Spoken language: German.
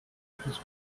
plus